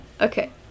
Okay